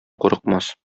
курыкмас